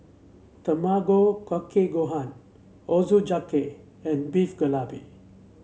Tamago Kake Gohan Ochazuke and Beef